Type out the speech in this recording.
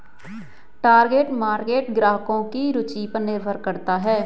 target market ग्राहकों की रूचि पर निर्भर करता है